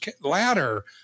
ladder